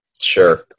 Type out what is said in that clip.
Sure